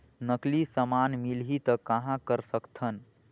नकली समान मिलही त कहां कर सकथन?